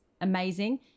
amazing